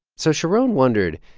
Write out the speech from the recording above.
so sharon wondered,